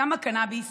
סם הקנביס